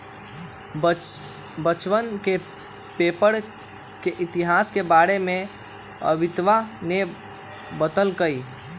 बच्चवन के पेपर के इतिहास के बारे में अमितवा ने बतल कई